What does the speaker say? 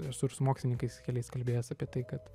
esu ir su mokslininkais keliais kalbėjęs apie tai kad